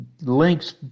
links